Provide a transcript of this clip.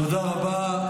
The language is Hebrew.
תודה רבה.